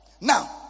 Now